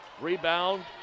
Rebound